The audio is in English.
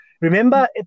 remember